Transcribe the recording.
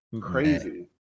Crazy